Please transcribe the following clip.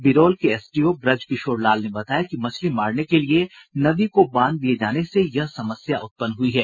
बिरौल के एसडीओ ब्रजकिशोर लाल ने बताया कि मछली मारने के लिए नदी को बांध दिये जाने से यह समस्या उत्पन्न हुई है